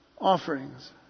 offerings